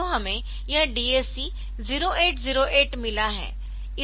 तो हमें यह DAC 0808 मिला है